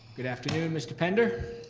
good afternoon, mr. pender.